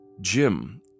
Jim